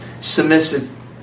submissive